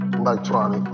electronic